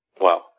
Wow